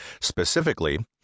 Specifically